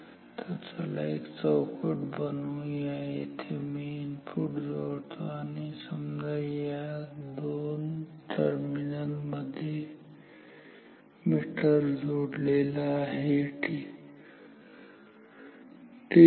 तर चला एक चौकट बनवूया येथे मी इनपूट जोडतो आणि समजा या दोन टर्मिनल मध्ये मीटर जोडलेला आहे ठीक आहे